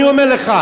אני אומר לך,